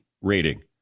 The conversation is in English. rating